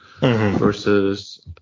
Versus